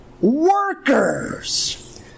workers